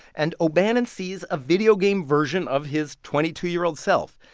and o'bannon sees a video game version of his twenty two year old self.